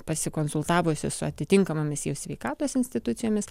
pasikonsultavusi su atitinkamomis jų sveikatos institucijomis